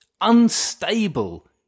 unstable